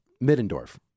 Middendorf